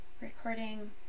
recording